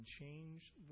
change